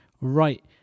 right